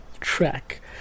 track